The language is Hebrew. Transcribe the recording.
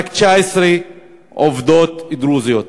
רק 19 עובדות דרוזיות.